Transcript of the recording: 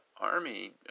army